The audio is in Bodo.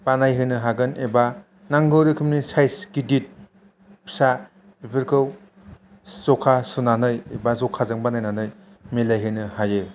बानाय होनो हागोन एबा नांगौ रोखोमनि साइस गिदिर फिसा बेफोरखौ जखा सुनानै एबा जखाजों बानायनानै मिलाय होनो हायो